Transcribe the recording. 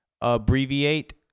abbreviate